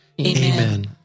amen